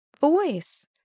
voice